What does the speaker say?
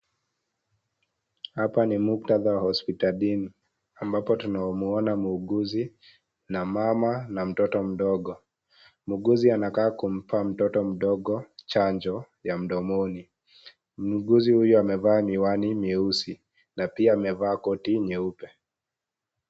Hapa ni muktadha wa hospitalini. Ambapo tunamwona muuguzi na mama na mtoto mdogo. Muuguzi anakaa kumpa mtoto mdogo chanjo ya mdomoni. Muuguzi huyu, amevaa miwani meusi na pia amevaa koti nyeupe.